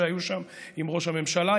שהיו שם עם ראש הממשלה,